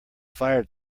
fired